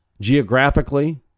geographically